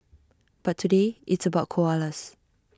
but today it's about koalas